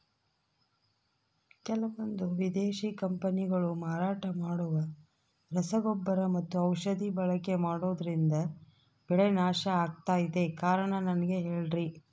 ಕೆಲವಂದು ವಿದೇಶಿ ಕಂಪನಿಗಳು ಮಾರಾಟ ಮಾಡುವ ರಸಗೊಬ್ಬರ ಮತ್ತು ಔಷಧಿ ಬಳಕೆ ಮಾಡೋದ್ರಿಂದ ಬೆಳೆ ನಾಶ ಆಗ್ತಾಇದೆ? ಕಾರಣ ನನಗೆ ಹೇಳ್ರಿ?